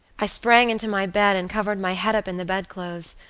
i sprang into my bed and covered my head up in the bedclothes,